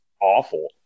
awful